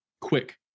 quick